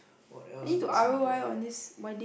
what else about Singapore